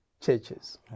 churches